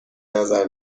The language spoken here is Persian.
نظر